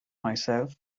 myself